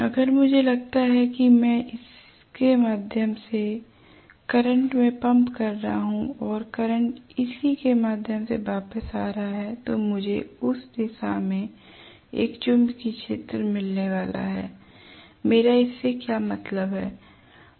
अगर मुझे लगता है कि मैं इसके माध्यम से करंट में पंप कर रहा हूं और करंट इसी के माध्यम से वापस आ रहा है तो मुझे इस दिशा में एक चुंबकीय क्षेत्र मिलने वाला है मेरा इससे क्या मतलब है